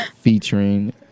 featuring